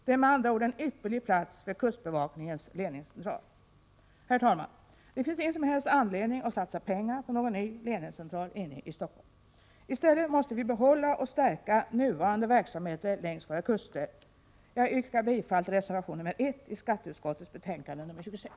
Det är med andra ord en ypperlig plats för kustbevak Onsdagen den ningens ledningscentral. 22 maj 1985 Herr talman! Det finns ingen som helst anledning att satsa pengar på någon ny ledningscentral inne i Stockholm. I stället måste vi behålla och stärka nuvarande verksamheter längs våra kuster. Jag yrkar bifall till reservation nr 1 vid skatteutskottets betänkande nr 26.